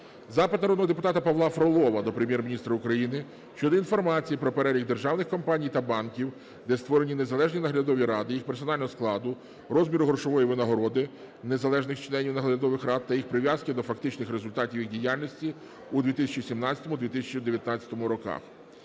Запит народного депутата Павла Фролова до Прем'єр-міністра України щодо інформації про перелік державних компаній та банків, де створені незалежні наглядові ради, їх персонального складу, розміру грошової винагороди незалежних членів наглядових рад та їх прив'язки до фактичних результатів їх діяльності у 2017-2019 роках.